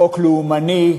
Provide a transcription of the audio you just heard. בחוק לאומני,